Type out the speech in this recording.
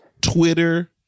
Twitter